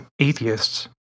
atheists